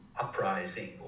uprising